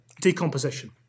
decomposition